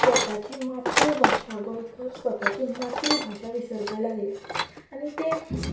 स्वताची मात्रभाशा गोंयकार स्वताची मात्रभाशा विसरपा लागल्या आनी ते